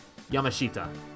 Yamashita